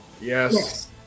Yes